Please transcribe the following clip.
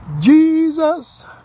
Jesus